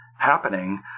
happening